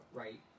right